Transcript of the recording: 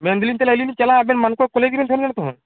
ᱢᱮᱱᱫᱟᱹᱞᱤᱧ ᱛᱟᱦᱚᱞᱮ ᱟᱹᱞᱤᱧ ᱪᱟᱞᱟᱜᱼᱟ ᱟᱵᱮᱱ ᱢᱟᱱᱠᱚᱨ ᱠᱚᱞᱮᱡᱽᱨᱮ ᱛᱟᱦᱮᱱ ᱠᱟᱱᱟᱛᱚ ᱦᱟᱸᱜ